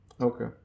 Okay